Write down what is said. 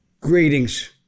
greetings